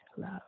love